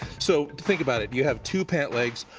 so think about it. you have to pant legs,